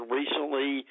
recently